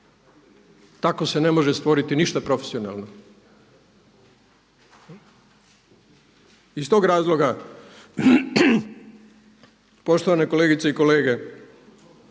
Tako se ne može stvoriti ništa profesionalno. Iz tog razloga, poštovane kolegice i kolege,